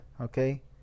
okay